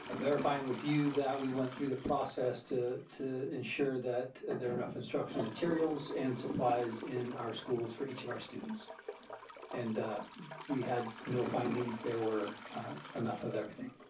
ah verifying with you that we went through the process to to ensure that there are enough instructional materials and supplies in our schools for each of our students and we had no findings. there were enough of everything.